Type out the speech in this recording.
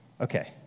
Okay